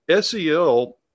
SEL